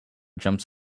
jumps